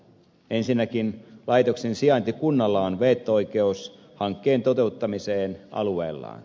ensinnäkin laitoksen sijaintikunnalla on veto oikeus hankkeen toteuttamiseen alueellaan